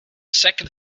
second